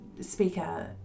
speaker